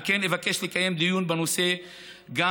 על כן, אבקש לקיים דיון בנושא גם